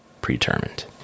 predetermined